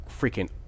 Freaking